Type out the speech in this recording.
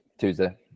Tuesday